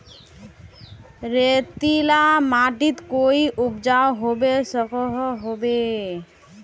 रेतीला माटित कोई उपजाऊ होबे सकोहो होबे?